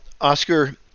oscar